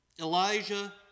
Elijah